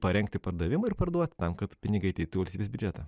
parengti pardavimui ir parduoti tam kad pinigai ateitų į valstybės biudžetą